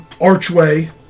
archway